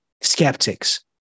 skeptics